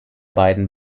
beiden